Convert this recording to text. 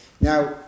Now